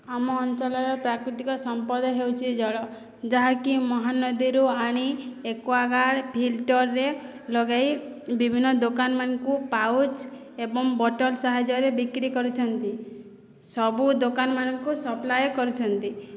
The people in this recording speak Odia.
ଆମ ଅଞ୍ଚଳରେ ପ୍ରାକୃତିକ ସମ୍ପଦ ହେଉଛି ଜଳ ଯାହାକି ମହାନଦୀରୁ ଆଣି ଏକ୍ବାଗାର୍ଡ଼ ଫିଲ୍ଟରେ ଲଗାଇ ବିଭିନ୍ନ ଦୋକାନ ମାନଙ୍କୁ ପାଉଚ ଏବଂ ବୋଟଲ୍ ସାହାଯ୍ୟରେ ବିକ୍ରି କରୁଛନ୍ତି ସବୁ ଦୋକାନମାନଙ୍କୁ ସପ୍ଲାୟ କରୁଛନ୍ତି